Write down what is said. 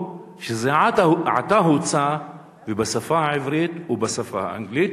שזה עתה הוצא בשפה העברית ובשפה אנגלית,